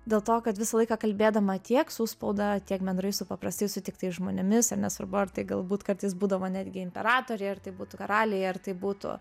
dėl to kad visą laiką kalbėdama tiek su spauda tiek bendrai su paprastai sutiktais žmonėmis ir nesvarbu ar tai galbūt kartais būdavo netgi imperatoriai ar tai būtų karaliai ar tai būtų